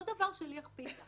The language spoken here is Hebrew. אותו הדבר שליח פיצה